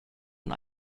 und